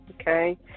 okay